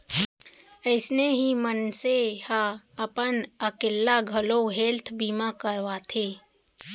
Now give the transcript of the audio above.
अइसने ही मनसे ह अपन अकेल्ला घलौ हेल्थ बीमा करवाथे